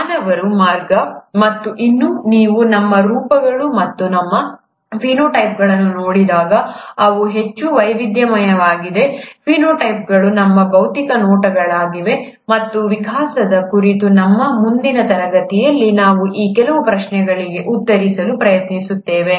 ಮಾನವರ ಮಾರ್ಗ ಮತ್ತು ಇನ್ನೂ ನೀವು ನಮ್ಮ ರೂಪಗಳು ಮತ್ತು ನಮ್ಮ ಫಿನೋಟೈಪ್ಗಳನ್ನು ನೋಡಿದಾಗ ಅವು ಹೆಚ್ಚು ವೈವಿಧ್ಯಮಯವಾಗಿವೆ ಫಿನೋಟೈಪ್ಗಳು ನಮ್ಮ ಭೌತಿಕ ನೋಟಗಳಾಗಿವೆ ಮತ್ತು ವಿಕಾಸದ ಕುರಿತು ನಮ್ಮ ಮುಂದಿನ ತರಗತಿಯಲ್ಲಿ ನಾವು ಈ ಕೆಲವು ಪ್ರಶ್ನೆಗಳಿಗೆ ಉತ್ತರಿಸಲು ಪ್ರಯತ್ನಿಸುತ್ತೇವೆ